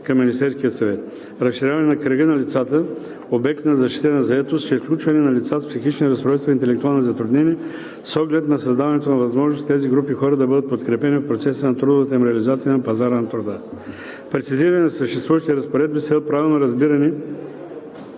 към Министерския съвет; - разширяване на кръга на лицата – обект на защитена заетост, чрез включване на лицата с психични разстройства и интелектуални затруднения с оглед на създаването на възможности тези групи хора да бъдат подкрепени в процеса на трудовата им реализация на пазара на труда; - прецизиране на съществуващи разпоредби с цел правилно разбиране